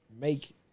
make